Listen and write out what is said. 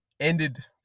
Ended